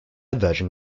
virgin